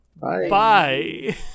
Bye